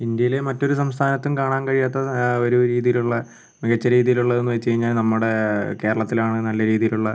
ഇന്ത്യയിലെ മറ്റൊരു സംസ്ഥാനത്തും കാണാൻ കഴിയാത്ത ഒരു രീതിയിലുള്ള മികച്ച രീതിയിലുള്ളന്നു വെച്ചുകഴിഞ്ഞാൽ നമ്മുടെ കേരളത്തിലാണ് നല്ല രീതിയിലുള്ള